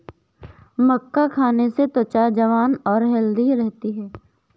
मक्का खाने से त्वचा जवान और हैल्दी रहती है